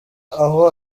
aho